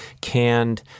canned